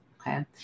okay